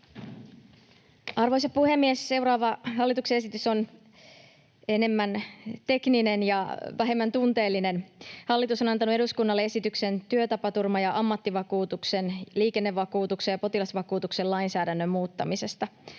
Arvoisa puhemies! Seuraava hallituksen esitys on enemmän tekninen ja vähemmän tunteellinen. Hallitus on antanut eduskunnalle esityksen työtapaturma- ja ammattitautivakuutuksen, liikennevakuutuksen ja potilasvakuutuksen lainsäädännön muuttamisesta.